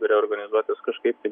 reorganizuotis kažkaip tai